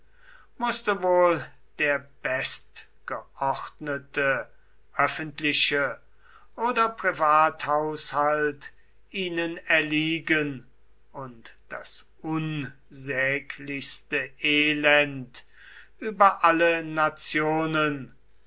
mußte wohl der bestgeordnete öffentliche oder privathaushalt ihnen erliegen und das unsäglichste elend über alle nationen